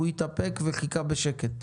הוא התאפק וחיכה בשקט.